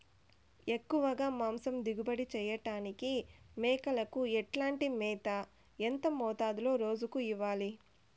ఎక్కువగా మాంసం దిగుబడి చేయటానికి మేకలకు ఎట్లాంటి మేత, ఎంత మోతాదులో రోజు ఇవ్వాలి?